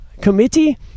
committee